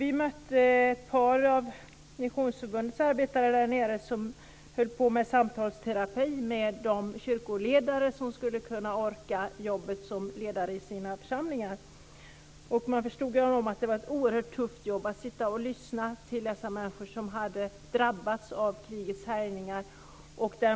Vi mötte ett par missionsförbundsarbetare där nere som bedrev samtalsterapi med kyrkoledare för att dessa skulle kunna orka med jobbet som ledare för sina församlingar. Man förstod att det var ett oerhört tufft jobb att lyssna till dessa människor som hade drabbats av krigets härjningar.